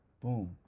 boom